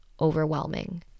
overwhelming